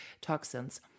toxins